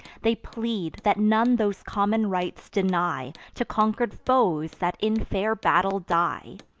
they plead, that none those common rites deny to conquer'd foes that in fair battle die.